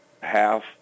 half